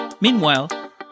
Meanwhile